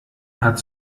hat